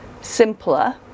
simpler